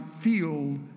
feel